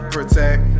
Protect